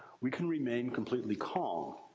we can remain completely calm,